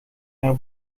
naar